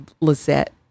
Lizette